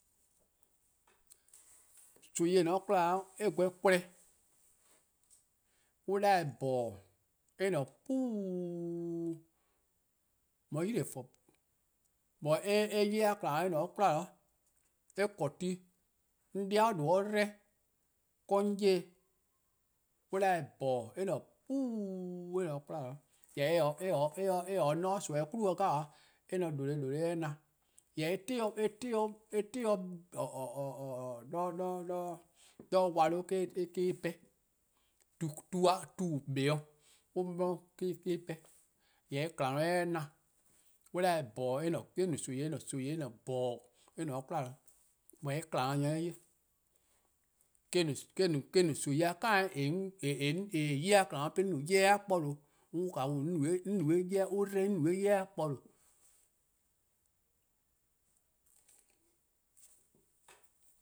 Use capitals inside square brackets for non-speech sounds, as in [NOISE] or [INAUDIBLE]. Nimi :eh :ne-a 'de 'kwla eh gweh kweh, an 'da-dih-eh :bhoror:. En :ne 'puuuuu' :ka 'yli-eh :for 'i, but eh [HESITATION] 'ye-a :kma-a 'weh eh :ne 'de 'kwla. Eh :korn ti. de 'an 'de-di :due' 'dba-eh 'de :wor 'on 'ye-dih :eh, an 'da-dih-eh :bhoror: eh :ne 'puuuuu', eh :ne 'de 'kwla, jorworo: eh-' [HESITATION] 'kpa 'de nimi 'nyne bo 'gabaa, eh ne :due' :due' eh na. Jorwor eh 'ti 'de [HESITATION] :walaa' 'de :wor eh 'pehn. tu :on blu-a 'de on 'di 'de eh 'pehn, jorwor: eh :kma 'i eh 'ye :na, an 'da-dih :bhoror: eh no nimi eh :ne :bhoror: eh :ne 'de 'kwla, but eh :kma worn nyor 'ye-eh 'ye. eh-: [HESITATION] no nimi-a kind [HESITATION] :eh :korn 'ye-a :kma worn 'de eh :korn 'ye-a kpor :due 'on no. 'On'wluh-a wluh on 'dba-eh 'on no-eh 'ye-a kpor :due'